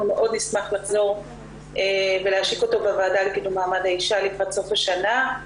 מאוד נשמח לחזור ולהשיק אותו בוועדה לקידום מעמד האישה לקראת סוף השנה.